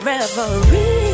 Reverie